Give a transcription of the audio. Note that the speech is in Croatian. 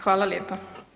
Hvala lijepa.